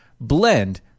blend